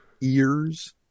ears